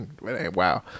wow